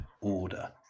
order